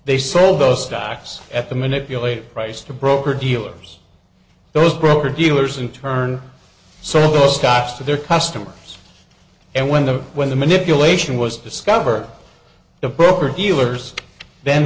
they sold those stocks at the manipulate price the broker dealers those broker dealers in turn so the stocks to their customers and when the when the manipulation was discovered the broker dealers th